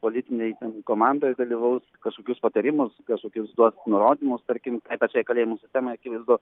politinėj ten komandoj dalyvaus kažkokius patarimus kažkokius duos nurodymus tarkim tai pačiai kalėjimų sistemai akivaizdu